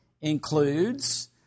includes